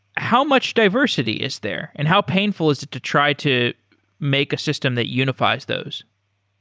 how much diversity is there and how painful is to try to make a system that unifies those?